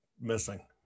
missing